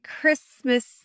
Christmas